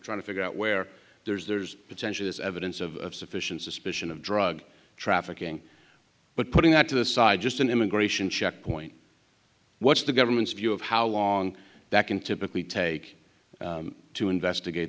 trying to figure out where there's potential is evidence of sufficient suspicion of drug trafficking but putting that to the side just an immigration checkpoint what's the government's view of how long that can typically take to investigate